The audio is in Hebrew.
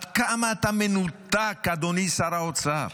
עד כמה אתה מנותק, אדוני שר האוצר?